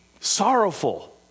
sorrowful